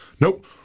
nope